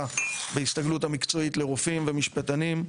בהסתגלות המקצועית לרופאים ומשפטנים,